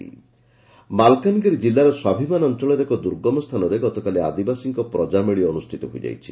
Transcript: ପ୍ରଜାମେଳି ମାଲକାନଗିରି କିଲ୍ଲାର ସ୍ୱାଭିମାନ ଅଞ୍ଚଳର ଏକ ଦୁର୍ଗମ ସ୍ଚାନରେ ଗତକାଲି ଆଦିବାସୀଙ୍କ ପ୍ରଜାମେଳି ଅନୁଷ୍ଚିତ ହୋଇଯାଇଛି